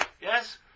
Yes